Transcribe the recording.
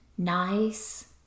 nice